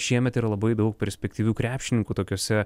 šiemet yra labai daug perspektyvių krepšininkų tokiose